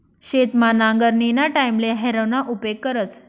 शेतमा नांगरणीना टाईमले हॅरोना उपेग करतस